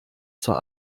zur